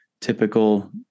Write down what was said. typical